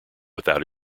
without